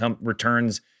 returns